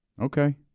Okay